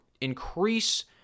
increase